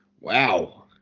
Wow